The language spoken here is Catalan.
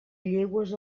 llegües